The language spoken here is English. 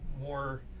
more